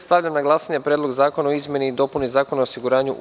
Stavljam na glasanje Predlog zakona o izmeni i dopuni Zakona o osiguranju, u